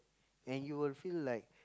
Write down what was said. and you will feel like